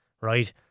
right